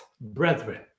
brethren